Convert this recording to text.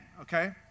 okay